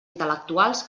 intel·lectuals